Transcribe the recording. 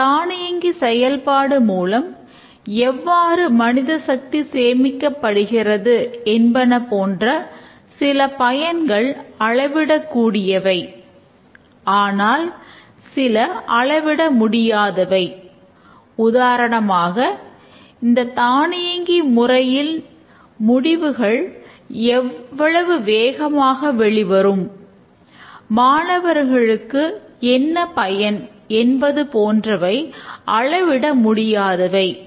இந்த தானியங்கி செயல்பாட்டு மூலம் எவ்வாறு மனித சக்தி சேமிக்கப்படுகிறது என்பன போன்ற சில பயன்கள் அளவிடக் கூடியவை ஆனால் சில அளவிட முடியாதவை உதாரணமாக இந்த தானியங்கி முறையில் முடிவுகள் எவ்வளவு வேகமாக வெளி வரும் மாணவர்களுக்கு என்ன பயன் என்பது போன்றவை அளவிட முடியாதவை